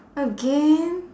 again